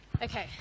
Okay